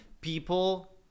people